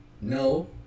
no